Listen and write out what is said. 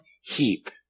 heap